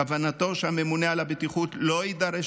כוונתנו היא שהממונה על הבטיחות לא יידרש